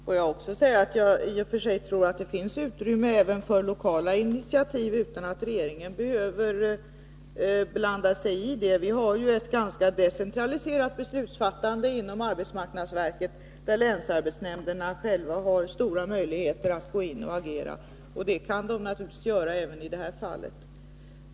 Herr talman! Får jag också säga att jag tror att det i och för sig finns utrymme även för lokala initiativ utan att regeringen behöver blanda sig i. Vi har ju ett ganska decentraliserat beslutsfattande inom arbetsmarknadsverket, där länsarbetsnämnderna själva har stora möjligheter att gå in och agera. Det kan de naturligtvis göra även i det här fallet.